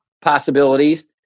possibilities